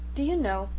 do you know,